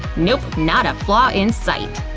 nope, not a flaw in sight!